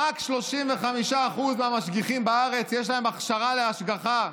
רק 35% מהמשגיחים בארץ יש להם הכשרה להשגחה,